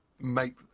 make